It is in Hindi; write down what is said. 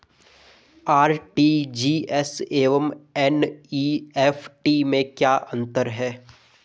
आर.टी.जी.एस एवं एन.ई.एफ.टी में क्या अंतर है?